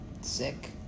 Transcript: sick